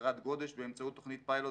אגרת גודש באמצעות תוכנית פיילוט,